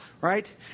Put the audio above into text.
right